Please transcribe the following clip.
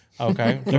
Okay